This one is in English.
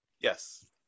Yes